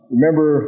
Remember